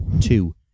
Two